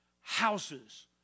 houses